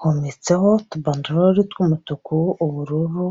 hometseho utubandarore tw'umutuku, ubururu.